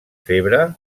febre